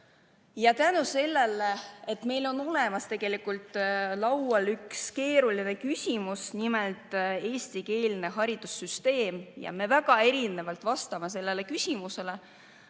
aga selle tõttu, et meil on tegelikult laual üks keeruline küsimus, nimelt eestikeelne haridussüsteem, ja me väga erinevalt läheneme sellele küsimusele,